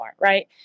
Right